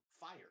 fire